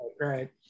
Right